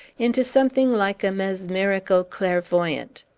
into something like a mesmerical clairvoyant.